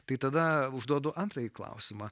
tai tada užduodu antrąjį klausimą